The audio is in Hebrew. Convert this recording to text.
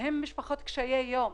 מדובר במשפחות קשות יום.